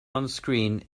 onscreen